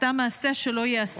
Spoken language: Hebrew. עשתה מעשה שלא ייעשה.